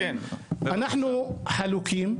אנחנו חלוקים,